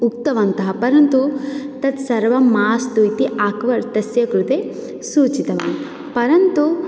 उक्तवन्तः परन्तु तत् सर्वं मास्तु इति अकबर् तस्य कृते सूचितवान् परन्तु